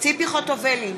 ציפי חוטובלי,